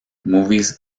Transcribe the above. movies